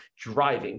driving